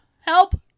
Help